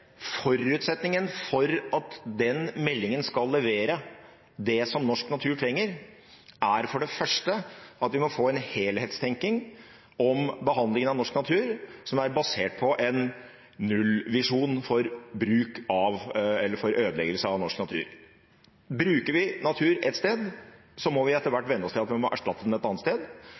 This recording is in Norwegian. forutsetningen for at den meldingen skal levere det som norsk natur trenger, er for det første at vi må få en helhetstenking om behandlingen av norsk natur som er basert på en nullvisjon for ødeleggelse av norsk natur. Bruker vi natur ett sted, må vi etter hvert venne oss til at vi må erstatte den et annet sted.